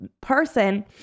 person